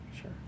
sure